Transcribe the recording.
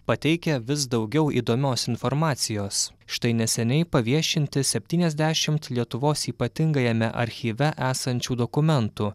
pateikia vis daugiau įdomios informacijos štai neseniai paviešinti septyniasdešimt lietuvos ypatingajame archyve esančių dokumentų